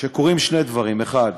שקורים שני דברים: האחד,